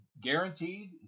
guaranteed